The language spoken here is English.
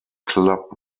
club